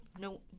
no